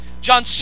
John